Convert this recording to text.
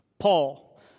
Paul